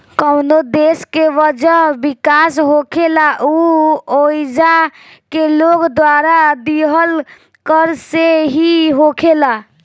कवनो देश के वजह विकास होखेला उ ओइजा के लोग द्वारा दीहल कर से ही होखेला